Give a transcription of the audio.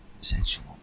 sexual